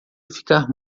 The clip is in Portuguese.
ficar